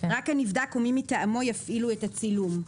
(2)רק הנבדק או מי מטעמו יפעילו את הצילום,